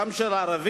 גם של ערבים,